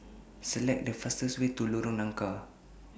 Select The fastest Way to Lorong Nangka